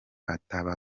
ataba